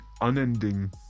unending